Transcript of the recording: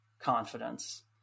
confidence